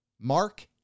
mark